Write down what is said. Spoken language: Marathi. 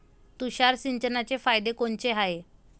तुषार सिंचनाचे फायदे कोनचे हाये?